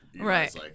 Right